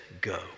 go